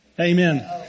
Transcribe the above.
Amen